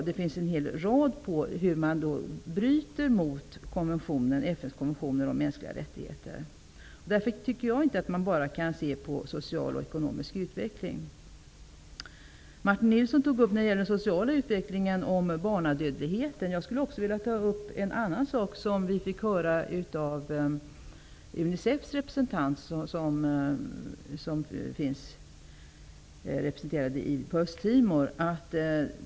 Det finns en rad exempel på hur Indonesien bryter mot FN:s konvention om mänskliga rättigheter. Därför anser jag att regeringen inte bara kan se på social och ekonomisk utveckling. I fråga om social utveckling tog Martin Nilsson upp frågan om barnadödlighet. Jag skulle vilja ta upp en annan sak som Unicefs representant på Östtimor har berättat.